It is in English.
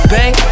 Bang